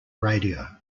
radio